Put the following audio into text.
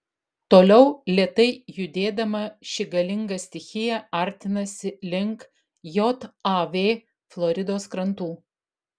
toliau lėtai judėdama ši galinga stichija artinasi link jav floridos krantų